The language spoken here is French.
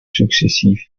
successifs